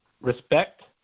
respect